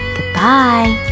Goodbye